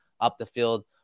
up-the-field